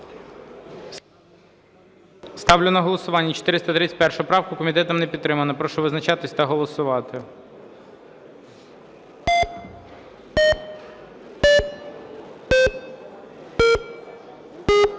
Ставлю на голосування 231 правку, комітетом не підтримана. Прошу визначатися та голосувати.